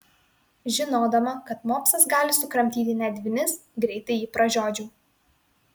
žinodama kad mopsas gali sukramtyti net vinis greitai jį pražiodžiau